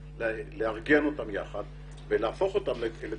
לארגן אותן יחד ולהפוך אותן לתוכנית,